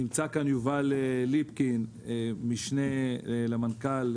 נמצא כאן יובל ליפקין, משנה למנכ"ל,